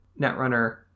Netrunner